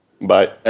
Bye